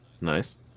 Nice